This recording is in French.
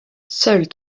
seules